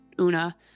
Una